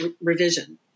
revision